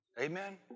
Amen